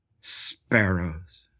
sparrows